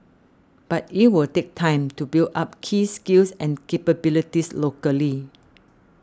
but it will take time to build up key skills and capabilities locally